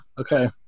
okay